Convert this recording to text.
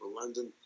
London